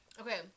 Okay